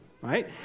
right